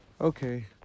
okay